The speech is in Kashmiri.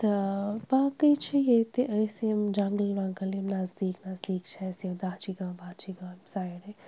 تہٕ باقٕے چھِ ییٚتہِ أسۍ یِم جَنگل وَنٛگَل یِم نزدیٖک نزدیٖک چھِ اَسہِ یِم داچھی گام واچھی گام سایڈٕ